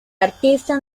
artista